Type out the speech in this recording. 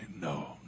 no